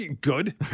good